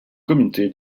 comité